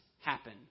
happen